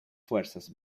fuerzas